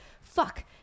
fuck